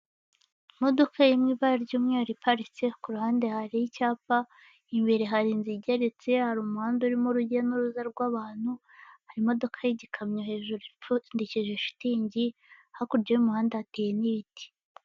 Imodoka iri mw'ibara ry'umweru iparitse, ku ruhande hari icyapa, imbere hari inzu igeretse, hari umuhanda urimo urujya n'uruza rw'abantu, hari imodoka y'igikamyo hejuru ipfundikije shitingi. Hakurya y'umuhanda hateye n'ibiti.